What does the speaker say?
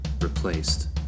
replaced